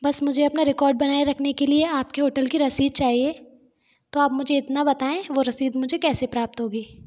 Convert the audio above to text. बस मुझे अपना रिकॉर्ड बनाए रखने के लिए आपके होटल की रसीद चाहिए तो आप मुझे इतना बताएँ वह रसीद मुझे कैसे प्राप्त होगी